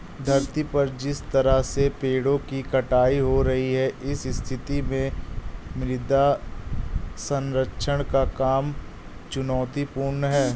धरती पर जिस तरह से पेड़ों की कटाई हो रही है इस स्थिति में मृदा संरक्षण का काम चुनौतीपूर्ण है